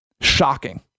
shocking